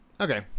okay